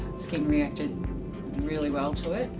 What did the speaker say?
skin reacted really well to it.